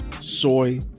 soy